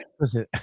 Listen